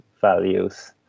values